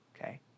okay